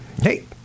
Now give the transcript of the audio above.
hey